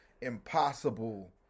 impossible